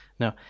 No